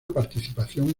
participación